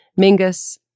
Mingus